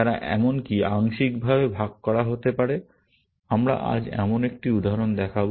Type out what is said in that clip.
তারা এমনকি আংশিকভাবে ভাগ করা হতে পারে আমরা আজ এমন একটি উদাহরণ দেখব